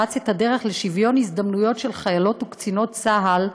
שפרץ את הדרך לשוויון הזדמנויות של חיילות וקצינות צה"ל,